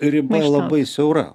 riba labai siaura